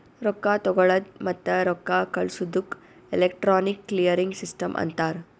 ರೊಕ್ಕಾ ತಗೊಳದ್ ಮತ್ತ ರೊಕ್ಕಾ ಕಳ್ಸದುಕ್ ಎಲೆಕ್ಟ್ರಾನಿಕ್ ಕ್ಲಿಯರಿಂಗ್ ಸಿಸ್ಟಮ್ ಅಂತಾರ್